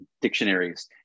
dictionaries